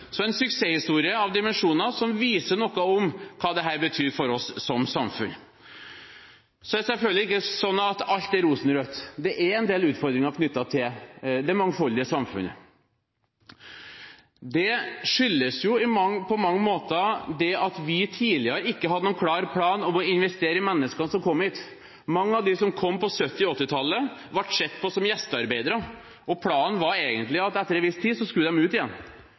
en suksesshistorie av dimensjoner som viser noe av hva dette betyr for oss som samfunn. Så er det selvfølgelig ikke sånn at alt er rosenrødt. Det er en del utfordringer knyttet til det mangfoldige samfunn. Det skyldes på mange måter det at vi tidligere ikke hadde noen klar plan for å investere i mennesker som kom hit. Mange av dem som kom på 1970- og 1980-tallet, ble sett på som gjestearbeidere, og planen var egentlig at de etter en viss tid skulle ut igjen.